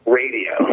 radio